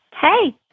Hey